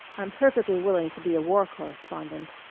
i'm perfectly willing to be a war correspondent.